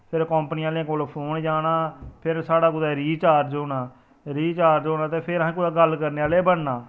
फिर कम्पनी आह्ले call phone जाना फिर साढ़ा कुतै रिचार्ज होना रिचार्ज होना ते फिर असें कुतै गल्ल करने आह्ले बनना